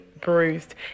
bruised